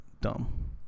Dumb